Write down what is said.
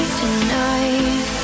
tonight